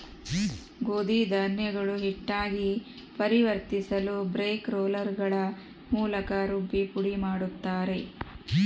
ಗೋಧಿ ಧಾನ್ಯಗಳು ಹಿಟ್ಟಾಗಿ ಪರಿವರ್ತಿಸಲುಬ್ರೇಕ್ ರೋಲ್ಗಳ ಮೂಲಕ ರುಬ್ಬಿ ಪುಡಿಮಾಡುತ್ತಾರೆ